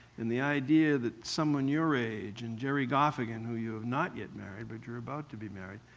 and the idea that someone your age and gerry goffin, who you have not yet married but you're about to be married,